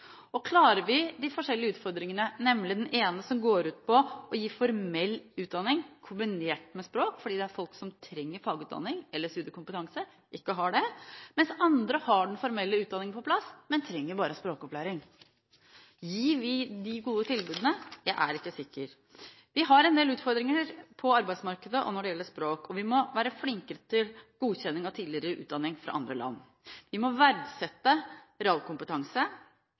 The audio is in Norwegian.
Og klarer vi de forskjellige utfordringene, bl.a. den ene som går ut på å gi formell utdanning kombinert med språk, fordi det er folk som trenger fagutdanning eller studiekompetanse som ikke har det, mens andre har formell utdanning på plass og trenger bare språkopplæring? Gir vi de gode tilbudene? Jeg er ikke sikker. Vi har en del utfordringer på arbeidsmarkedet og når det gjelder språk: Vi må være flinkere til godkjenning av tidligere utdanning fra andre land. Vi må verdsette realkompetanse.